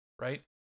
right